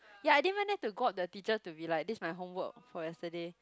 ya I didn't even dare to got the teacher to be like this my homework for yesterday